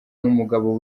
n’umugabo